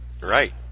Right